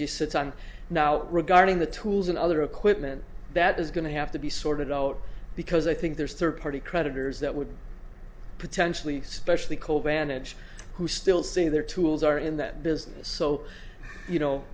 g sits on now regarding the tools and other equipment that is going to have to be sorted out because i think there's third party creditors that would potentially specially cold manage who still say their tools are in that business so you know